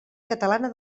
catalana